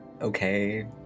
okay